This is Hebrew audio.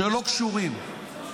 שלא קשורים.